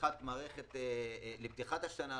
לפתיחת השנה,